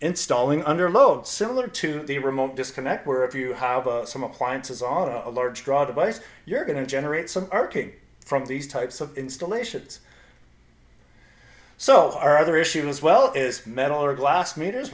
installing under load similar to the remote disconnect where if you have some appliances on a large draw device you're going to generate some market from these types of installations so our other issue as well is metal or glass meters